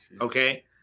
okay